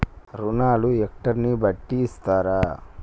రుణాలు హెక్టర్ ని బట్టి ఇస్తారా?